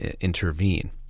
intervene